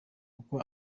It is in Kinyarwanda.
kuko